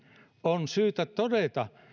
on syytä todeta